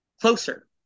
closer